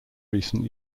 recent